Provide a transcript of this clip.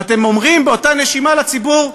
ואתם אומרים באותה נשימה לציבור: